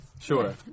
sure